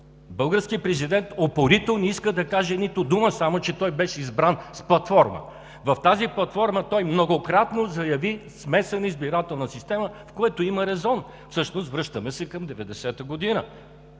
българският президент упорито не иска да каже нито дума, само че той беше избран с платформа. В тази платформа той многократно заяви „смесена избирателна система“, в което има резон, всъщност връщаме се към 90-а година.